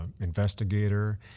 investigator